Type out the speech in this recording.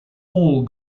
all